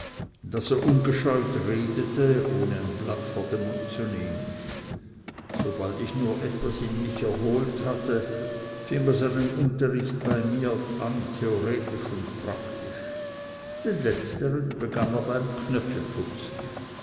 daß er ungescheut redete ohne ein blatt vor den mund zu nehmen sobald ich nur in etwas mich erholt hatte fing er seinen unterricht bei mir an theoretisch und praktisch den letztern begann er beim